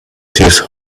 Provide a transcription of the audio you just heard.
this